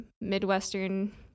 Midwestern